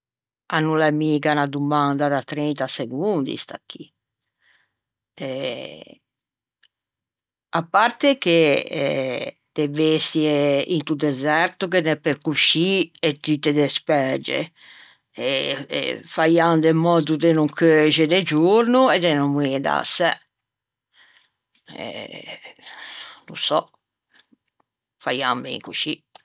A no l'é miga na domanda da trenta segondi sta chì eh a parte che de bestie into deserto ghe n'é pe coscì e tutte despæge, faian de mòddo de no cheuxe de giorno e de no moî da-a sæ, no sò, faian ben coscì.